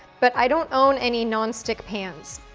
but i don't own any nonstick pans.